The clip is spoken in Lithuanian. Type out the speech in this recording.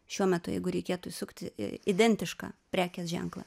šiuo metu jeigu reikėtų įsukti identišką prekės ženklą